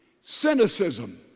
Cynicism